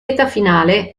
finale